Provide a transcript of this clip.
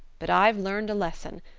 but i've learned a lesson.